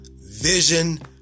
vision